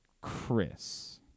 Chris